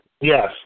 Yes